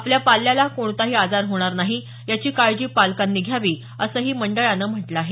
आपल्या पाल्याला कोणताही आजार होणार नाही याची काळजी पालकांनी घ्यावी असंही मंडळानं म्हटलं आहे